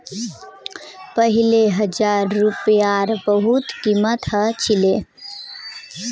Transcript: पहले हजार रूपयार बहुत कीमत ह छिले